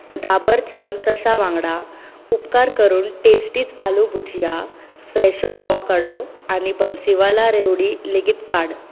डाबर च्यवनप्रकाशा वांगडा उपकार करून टेस्टीज आलू भुजिया फ्रॅशो आवोकाडो आनी बन्सीवाला रेवडी लेगीत काड